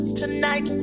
tonight